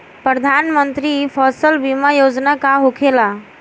प्रधानमंत्री फसल बीमा योजना का होखेला?